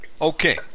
Okay